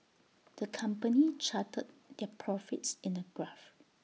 the company charted their profits in A graph